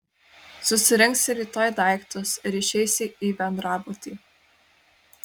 susirinksi rytoj daiktus ir išeisi į bendrabutį